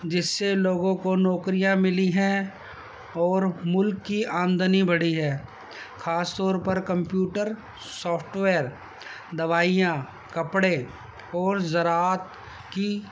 جس سے لوگوں کو نوکریاں ملی ہیں اور ملک کی آمدنی بڑھی ہے خاص طور پر کمپیوٹر سافٹویئر دوائیاں کپڑے اور زراعت کی